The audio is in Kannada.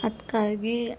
ಅದ್ಕಾಗಿ